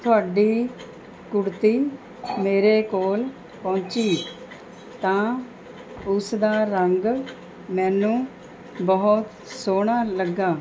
ਤੁਹਾਡੀ ਕੁੜਤੀ ਮੇਰੇ ਕੋਲ ਪਹੁੰਚੀ ਤਾਂ ਉਸਦਾ ਰੰਗ ਮੈਨੂੰ ਬਹੁਤ ਸੋਹਣਾ ਲੱਗਾ